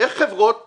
איך חברות ממשלתיות,